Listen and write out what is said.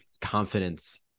confidence